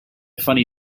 funny